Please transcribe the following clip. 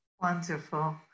Wonderful